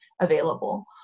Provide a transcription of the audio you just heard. available